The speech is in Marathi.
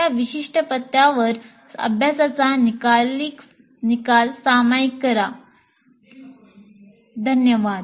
या विशिष्ट पत्त्यावर अभ्यासाचा निकाल सामायिक केल्याबद्दल धन्यवाद